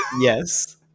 Yes